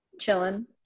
chilling